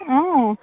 অঁ